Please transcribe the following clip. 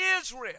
Israel